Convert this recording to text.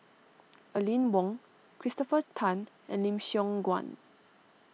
Aline Wong Christopher Tan and Lim Siong Guan